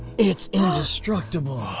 it's indestructible.